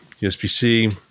USB-C